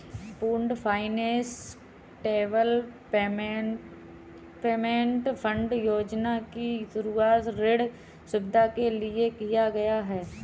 pooled finance development fund योजना की शुरूआत ऋण सुविधा के लिए किया गया है